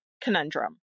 conundrum